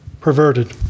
perverted